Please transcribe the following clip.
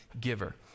giver